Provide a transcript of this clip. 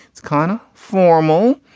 it's kind of formal.